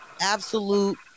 absolute